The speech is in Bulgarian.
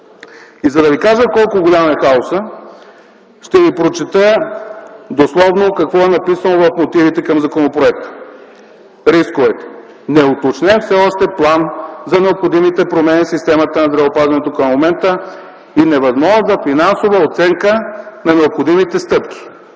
И за да ви кажа колко голям е хаосът, ще ви прочета дословно какво е написано в мотивите към законопроекта. Рисковете: „Неуточнен все още план за необходимите промени в системата на здравеопазването към момента и невъзможност за финансова оценка на необходимите стъпки”.